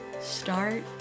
start